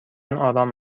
آرام